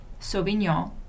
Sauvignon